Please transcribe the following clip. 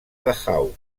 dachau